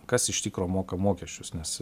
kas iš tikro moka mokesčius nes